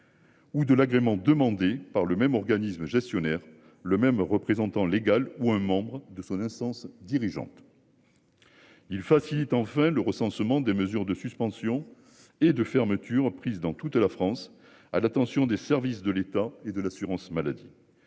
Ou de l'agrément demandé par le même organisme gestionnaire le même représentant légal ou un membre de son instance dirigeante. Il facilite en fait le recensement des mesures de suspension et de fermeture prise dans toute la France à l'attention des services de l'État et de l'assurance maladie.